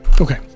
Okay